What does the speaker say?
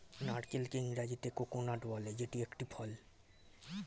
নারকেলকে ইংরেজিতে কোকোনাট বলে যেটি একটি ফল